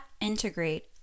integrate